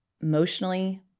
emotionally